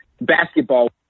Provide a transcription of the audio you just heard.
basketball